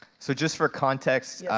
so just for context,